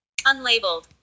Unlabeled